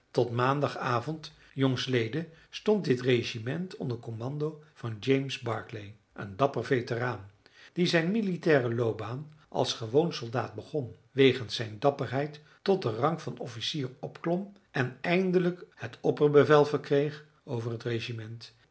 tot maandagavond j l stond dit regiment onder commando van james barclay een dapper veteraan die zijn militaire loopbaan als gewoon soldaat begon wegens zijn dapperheid tot den rang van officier opklom en eindelijk het opperbevel verkreeg over het regiment